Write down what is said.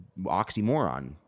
oxymoron